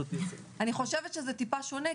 זה שונה.